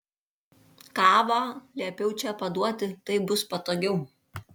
kavą liepiau čia paduoti taip bus patogiau